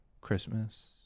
christmas